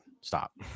stop